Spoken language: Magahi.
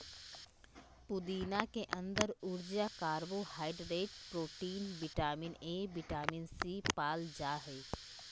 पुदीना के अंदर ऊर्जा, carbohydrate, protein, vitamin A, vitamin C, पाल जा हइ